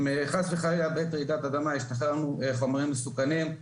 אם חס וחלילה בעת רעידת אדמה ישתחרר לנו חומרים מסוכנים,